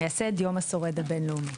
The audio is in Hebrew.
מייסד ׳יום השורד הבינלאומי׳.